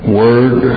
word